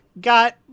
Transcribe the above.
got